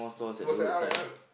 it was an R-and-R